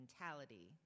mentality